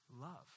love